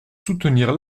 soutenir